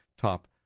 top